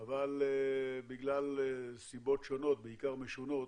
אבל בגלל סיבות שונות, בעיקר משונות,